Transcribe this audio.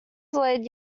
delayed